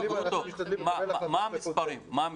מה המספרים?